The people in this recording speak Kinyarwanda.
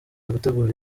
gutegura